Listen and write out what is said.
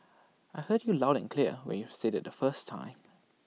I heard you loud and clear when you said IT the first time